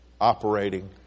operating